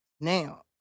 Now